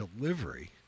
delivery